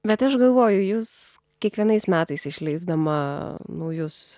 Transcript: bet aš galvoju jūs kiekvienais metais išleisdama naujus